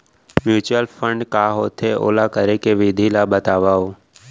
mutual fund का होथे, ओला करे के विधि ला बतावव